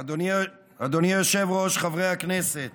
אדוני היושב-ראש, חברי הכנסת,